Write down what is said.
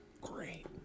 great